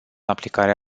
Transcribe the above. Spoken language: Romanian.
aplicare